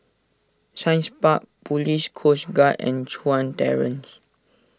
Science Park Police Coast Guard and Chuan Terrace